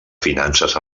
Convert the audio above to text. finances